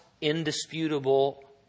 indisputable